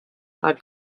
are